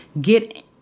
Get